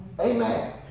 Amen